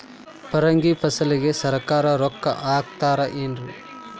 ಪರಂಗಿ ಫಸಲಿಗೆ ಸರಕಾರ ರೊಕ್ಕ ಹಾಕತಾರ ಏನ್ರಿ?